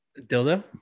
Dildo